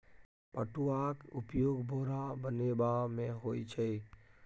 पटुआक उपयोग बोरा बनेबामे होए छै